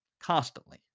constantly